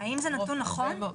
האם זה נתון נכון?